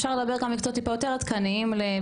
אפשר לדבר על מקצועות טיפה יותר עדכניים לבתי ספר טכנולוגיים.